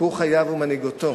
סיפור חייו ומנהיגותו